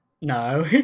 No